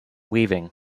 weaving